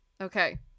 Okay